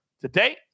today